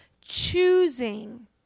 choosing